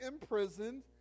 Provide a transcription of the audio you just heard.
imprisoned